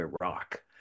Iraq